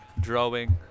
drawing